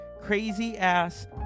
Crazy-ass